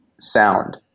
sound